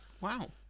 Wow